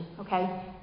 okay